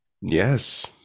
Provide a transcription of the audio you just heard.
yes